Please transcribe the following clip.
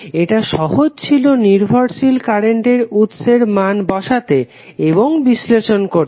এটা সহজ ছিল নির্ভরশীল কারেন্টের উৎসের মান বসাতে এবং বিশ্লেষণ করতে